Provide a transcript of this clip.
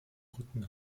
rücken